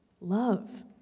love